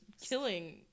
killing